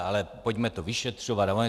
Ale pojďme to vyšetřovat.